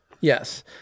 Yes